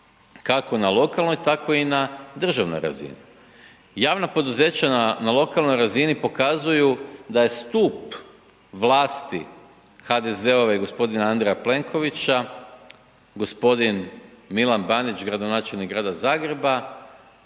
kako na lokalnoj tako i na državnoj razini, javna poduzeća na lokalnoj razini pokazuju da je stup vlasti HDZ-ove i gospodina Andreja Plenkovića, gospodin Milan Bandić gradonačelnik Grada Zagreba,